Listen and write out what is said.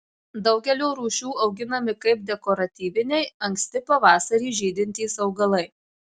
daugelio rūšių auginami kaip dekoratyviniai anksti pavasarį žydintys augalai